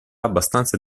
abbastanza